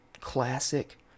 classic